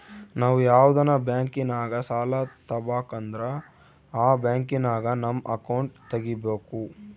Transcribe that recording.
ನಾವು ಯಾವ್ದನ ಬ್ಯಾಂಕಿನಾಗ ಸಾಲ ತಾಬಕಂದ್ರ ಆ ಬ್ಯಾಂಕಿನಾಗ ನಮ್ ಅಕೌಂಟ್ ತಗಿಬಕು